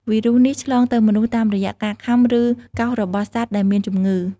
វីរុសនេះ ឆ្លងទៅមនុស្សតាមរយៈការខាំ ឬកោសរបស់សត្វដែលមានជំងឺ។